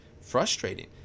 frustrating